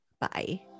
Bye